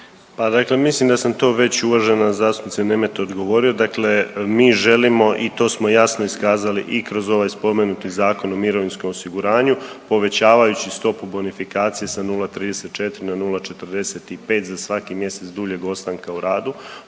mislim da sam to već uvažena zastupnica Nemet odgovori. Dakle mi želimo i to smo jasno iskazali i kroz ovaj spomenuti Zakon o mirovinskom osiguranju povećavajući stopu bonifikacije sa 0,34 na 045 za svaki mjesec duljeg ostanka u radu.